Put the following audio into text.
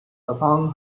upon